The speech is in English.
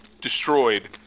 destroyed